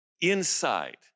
inside